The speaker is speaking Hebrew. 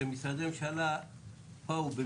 אני משאיר לו את שיקול הדעת, הוא רב.